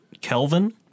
Kelvin